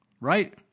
Right